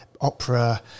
opera